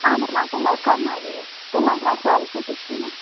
اَہَن حظ آ تِم حظ کَرنایے اَسہِ تِم حظ درٛاے یِتھ کٔنٮ۪تھ